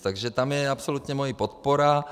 Takže tam je absolutně moje podpora.